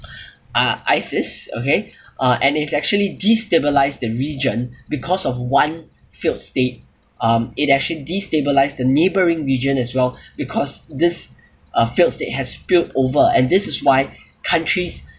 uh ISIS okay uh and it actually destabilise the region because of one failed state um it actually destabilise the neighbouring region as well because this uh failed state has spilt over and this is why countries